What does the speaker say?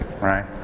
right